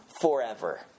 forever